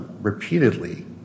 repeatedly